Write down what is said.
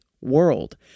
world